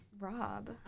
rob